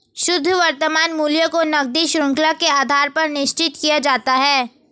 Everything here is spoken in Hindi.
शुद्ध वर्तमान मूल्य को नकदी शृंखला के आधार पर निश्चित किया जाता है